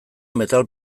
metal